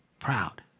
Proud